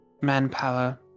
manpower